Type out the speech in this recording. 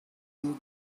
you